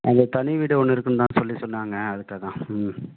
அதில் தனி வீடு ஒன்று இருக்குன்னு தான் சொல்லி சொன்னாங்க அதுக்கிட்ட தான் ம்